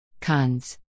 Cons